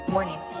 Morning